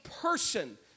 person